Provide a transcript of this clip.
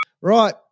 Right